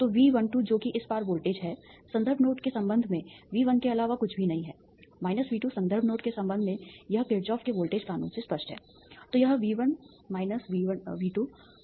तो V12 जो कि इस पार वोल्टेज है संदर्भ नोड के संबंध में V1 के अलावा कुछ भी नहीं है V2 संदर्भ नोड के संबंध में यह किरचॉफ के वोल्टेज कानून Kirchoffs voltage law से स्पष्ट है